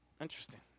Interesting